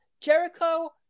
Jericho